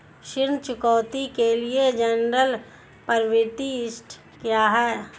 ऋण चुकौती के लिए जनरल प्रविष्टि क्या है?